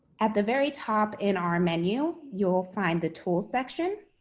at the very top in our menu, you'll find the tool section.